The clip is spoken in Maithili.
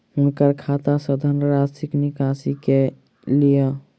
हुनकर खाता सॅ धनराशिक निकासी कय लिअ